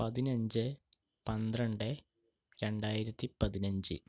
പതിനഞ്ച് പന്ത്രണ്ട് രണ്ടായിരത്തി പതിനഞ്ച്